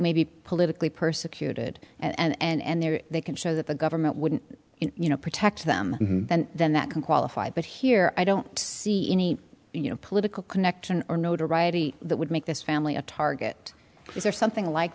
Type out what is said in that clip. may be politically persecuted and there they can show that the government wouldn't you know protect them and then that can qualify but here i don't see any you know political connection or notoriety that would make this family a target or something like